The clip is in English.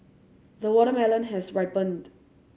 the watermelon has ripened